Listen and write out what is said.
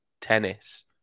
Tennis